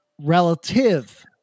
relative